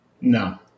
No